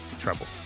trouble